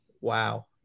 Wow